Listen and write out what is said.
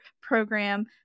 program